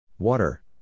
Water